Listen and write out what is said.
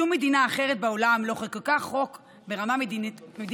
שום מדינה אחרת בעולם לא חוקקה חוק ברמה מדינתית